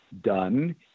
done